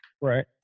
Right